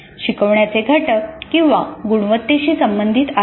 शिकवण्याचे घटक किंवा गुणवत्तेशी संबंधित आहेत